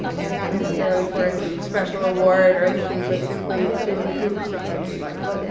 and and not necessarily for any special award or anything, but simply to improve somebody's life.